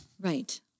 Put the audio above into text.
Right